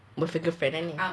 boyfriend girlfriend ah ni